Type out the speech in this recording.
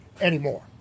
anymore